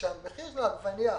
כאשר המחיר של העגבנייה